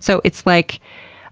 so it's like